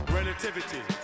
relativity